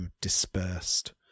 dispersed